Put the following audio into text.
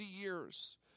years—